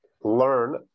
learn